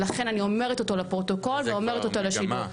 ולכן אני אומרת אותו לפרוטוקול ואומרת אותו לשידור,